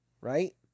Right